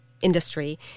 industry